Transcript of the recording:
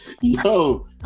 Yo